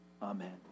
Amen